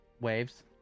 Waves